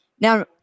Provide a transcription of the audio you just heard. Now